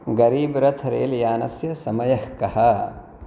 गरीब्रथ् रेल्यानस्य समयः कः